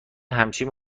همچنین